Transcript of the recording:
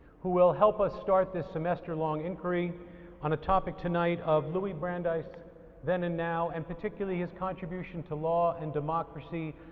who will help us start this semester long inquiry on a topic tonight of louis brandeis then and now, and particularly his contribution to law and democracy.